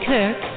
Kirk